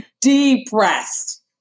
depressed